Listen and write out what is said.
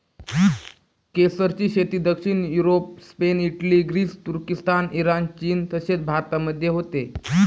केसरची शेती दक्षिण युरोप, स्पेन, इटली, ग्रीस, तुर्किस्तान, इराण, चीन तसेच भारतामध्ये होते